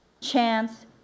chance